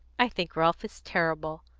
i think ralph is terrible.